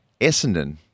Essendon